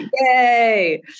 yay